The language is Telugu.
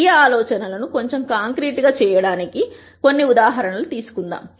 ఈ ఆలోచనలను కొంచెం కాంక్రీటు గా చేయడానికి కొన్ని ఉదాహరణలు తీసుకుందాం